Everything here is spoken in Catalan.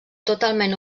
totalment